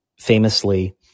famously